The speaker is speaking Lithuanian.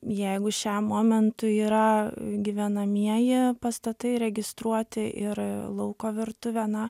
jeigu šiam momentui yra gyvenamieji pastatai registruoti ir lauko virtuvė na